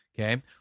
Okay